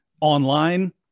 online